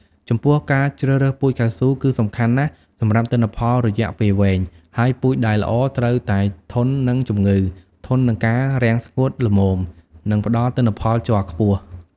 ចំពោះការជ្រើសរើសពូជកៅស៊ូគឺសំខាន់ណាស់សម្រាប់ទិន្នផលរយៈពេលវែង ហើយពូជដែលល្អត្រូវតែធន់នឹងជំងឺ ធន់នឹងការរាំងស្ងួតល្មម និងផ្តល់ទិន្នផលជ័រខ្ពស់។